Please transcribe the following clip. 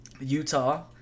Utah